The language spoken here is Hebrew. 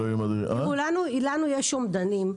לנו יש אומדנים,